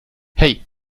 hey